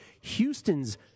Houston's